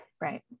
Right